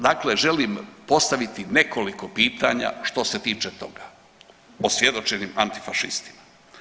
Dakle, želim postaviti nekoliko pitanja što se tiče toga, osvjedočenim antifašistima.